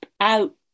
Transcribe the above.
out